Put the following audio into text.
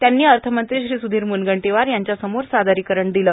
त्यांनी अर्थमंत्री श्री स्रधीर म्रुनगंटीवार यांच्यासमोर सादरीकरण दिलं